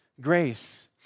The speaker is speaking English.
grace